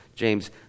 James